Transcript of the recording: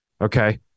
Okay